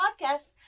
podcasts